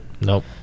nope